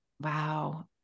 Wow